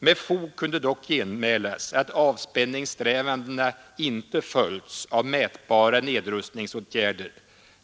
Med fog kunde dock genmälas att avspänningssträvandena inte följts av mätbara nedrustningsåtgärder.